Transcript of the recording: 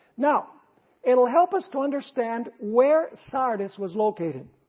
now it will help us to understand where sardis was located,